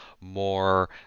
more